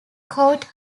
caught